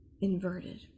inverted